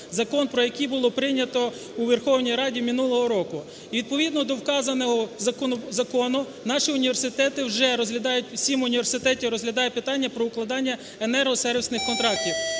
закон про який було прийнято у Верховній Раді минулого року. І відповідно до вказаного закону наші університети вже розглядають, сім університетів розглядає питання про укладання енергосервісних контрактів.